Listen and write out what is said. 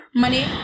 money